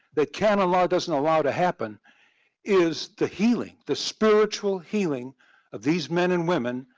that cannon law doesn't allow to happen is the healing, the spiritual healing of these men and women,